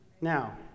Now